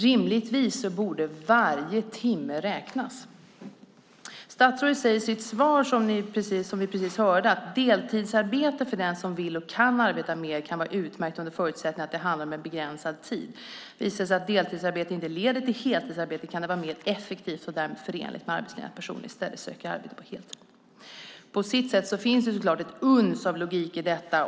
Rimligtvis borde varje timme räknas. Statsrådet säger som vi precis hörde i sitt svar: "Deltidsarbete, för den som vill och kan arbeta mer, kan vara utmärkt under förutsättning att det handlar om en begränsad tid. Visar det sig att deltidsarbetet inte leder till ett heltidsarbete kan det vara mer effektivt, och därmed förenligt med arbetslinjen, att personen i stället söker arbete på heltid." På sitt sätt finns så klart ett uns av logik i detta.